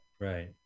right